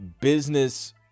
business